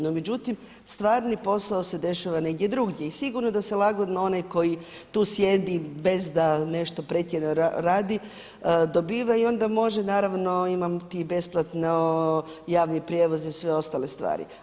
No, međutim stvarni posao se dešava negdje drugdje i sigurno da se lagodno onaj koji tu sjedi bez da nešto pretjerano radi dobiva i onda može naravno imam ti besplatno javni prijevoz i sve ostale stvari.